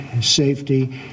safety